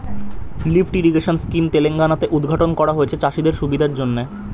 lift irrigation scheme Telangana তে উদ্ঘাটন করা হয়েছে চাষিদের সুবিধার জন্যে